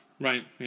Right